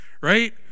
right